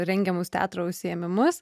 rengiamus teatro užsiėmimus